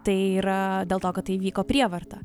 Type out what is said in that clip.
tai yra dėl to kad tai įvyko prievarta